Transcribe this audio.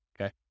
okay